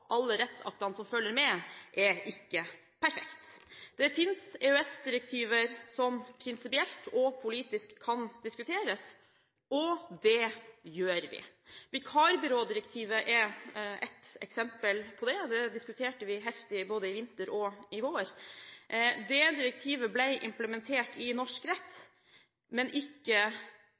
alle rettsaktene som følger med, er ikke perfekte. Det finnes EØS-direktiver som prinsipielt og politisk kan diskuteres, og det gjør vi. Vikarbyrådirektivet er et eksempel på det. Det diskuterte vi heftig både i vinter og i vår. Det direktivet ble implementert i norsk rett, men ikke